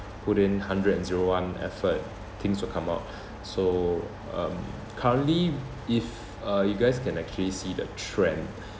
put in hundred and zero one effort things will come out so um currently if uh you guys can actually see the trend